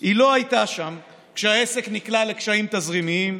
היא לא הייתה שם כשהעסק נקלע לקשיים תזרימיים,